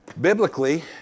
Biblically